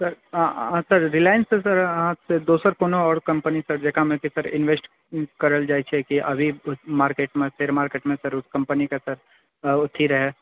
sir हँ sir Reliance sir अहाँकेँ दोसर कोनो आओर कम्पनीसँ जे काम हेतए सर इन्वेस्ट करल जाइत छै जे अभी मार्केटमे शेयर मार्केटमे सर ओ कम्पनीके अथी रहए